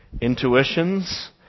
intuitions